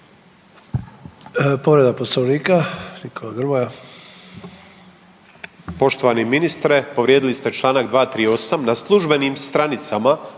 Povreda Poslovnika Nikola Grmoja.